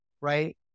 right